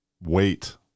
wait